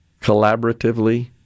collaboratively